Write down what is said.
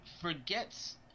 forgets